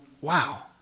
wow